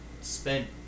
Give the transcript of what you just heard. spent